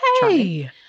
Hey